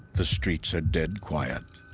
the streets are dead quiet.